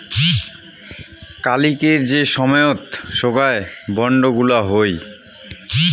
কালিকের যে সময়ত সোগায় বন্ড গুলা হই